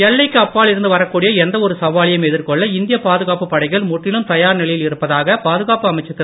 எல்லைக்கு அப்பால் இருந்து வரக்கூடிய எந்த ஒரு சவாலையும் எதிர்கொள்ள இந்தியப் பாதுகாப்பு படைகள் முற்றிலும் தயார் நிலையில் இருப்பதாக பாதுகாப்பு அமைச்சர் திரு